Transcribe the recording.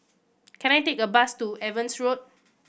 can I take a bus to Evans Road